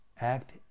act